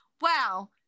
Wow